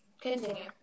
Continue